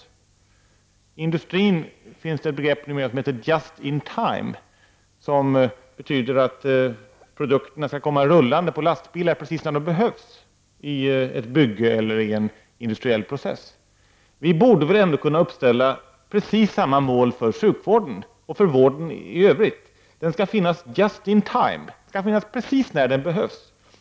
Inom industrin finns det nu ett begrepp som lyder just in time, som betyder att produkterna skall komma rullande på lastbilar precis när de behövs i ett bygge eller i en industriell process. Vi borde väl ändå kunna uppställa precis samma mål för sjukvården och för vården i övrigt. Den skall finnas just in time. Den skall finnas precis när den behövs.